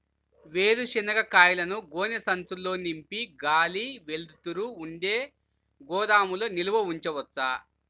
వేరుశనగ కాయలను గోనె సంచుల్లో నింపి గాలి, వెలుతురు ఉండే గోదాముల్లో నిల్వ ఉంచవచ్చా?